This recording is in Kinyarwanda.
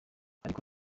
ariko